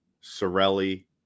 Sorelli